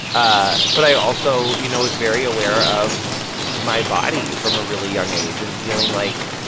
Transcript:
ah but i also, you know, was very aware of my body from a really young age and feeling like,